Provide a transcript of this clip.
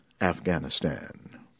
Afghanistan